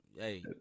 hey